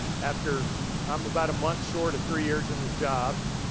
after i'm about a month short of three years in the job,